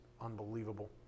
unbelievable